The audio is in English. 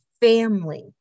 family